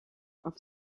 auf